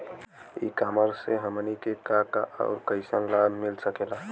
ई कॉमर्स से हमनी के का का अउर कइसन लाभ मिल सकेला?